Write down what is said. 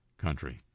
country